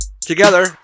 Together